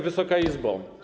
Wysoka Izbo!